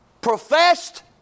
professed